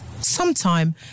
sometime